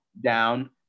Down